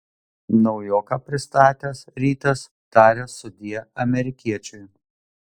naujoką pristatęs rytas taria sudie amerikiečiui